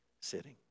sitting